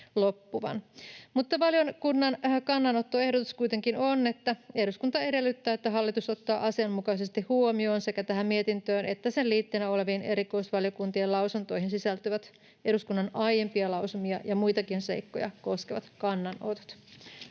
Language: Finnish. Valiokunnan kannanottoehdotus kuitenkin on: Eduskunta edellyttää, että hallitus ottaa asianmukaisesti huomioon sekä tähän mietintöön että sen liitteinä oleviin erikoisvaliokuntien lausuntoihin sisältyvät eduskunnan aiempia lausumia ja muitakin seikkoja koskevat kannanotot.